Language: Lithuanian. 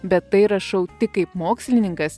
bet tai rašau tik kaip mokslininkas